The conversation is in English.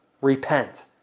repent